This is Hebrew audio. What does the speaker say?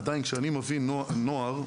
עדיין, כשאני מביא נוער מבחוץ,